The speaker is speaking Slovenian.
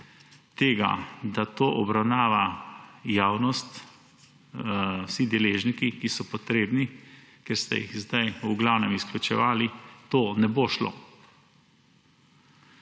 tega, da to obravnava javnost, vsi deležniki, ki so potrebni, ker ste jih sedaj v glavnem izključevali – to ne bo šlo.